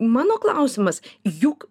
mano klausimas juk